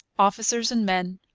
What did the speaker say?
officers and men,